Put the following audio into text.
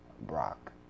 Brock